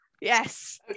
yes